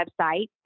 website